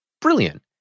brilliant